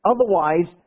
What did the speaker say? Otherwise